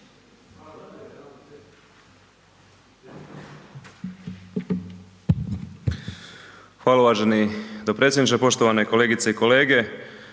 Poštovani potpredsjedniče, štovane kolegice i kolege